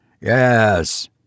Yes